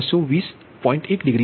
1 degree આવશે